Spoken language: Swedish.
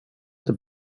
inte